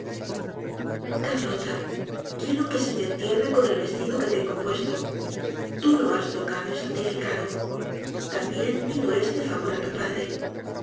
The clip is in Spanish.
carlota quiero que se me entierre con el vestido que tengo puesto tú lo has tocado y santificado también pido este favor á lu padre